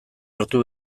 hartu